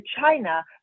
China